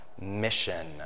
mission